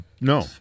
No